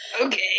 Okay